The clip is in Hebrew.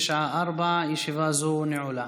בשעה 16:00. ישיבה זו נעולה.